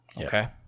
Okay